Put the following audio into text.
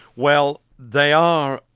well, they are,